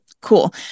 cool